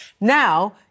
Now